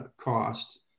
cost